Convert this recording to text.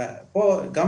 פה גם